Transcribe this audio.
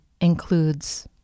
includes